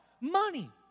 money